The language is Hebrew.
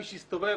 מי שהסתובב,